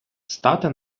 стати